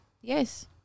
Yes